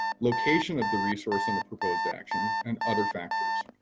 location of the resource and the proposed action, and other factors.